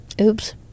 Oops